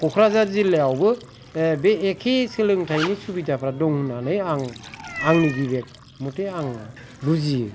क'क्राझार जिल्लायावबो बे एखे सोलोंथायनि सुबिदाफ्रा दं होनानै आं आंनि बिबेग मथे आं बुजियो